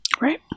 Right